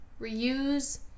reuse